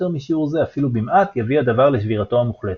משיעור זה אפילו במעט יביא הדבר לשבירתו המוחלטת.